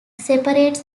separates